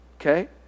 okay